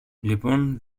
λοιπόν